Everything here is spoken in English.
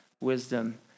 wisdom